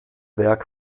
werk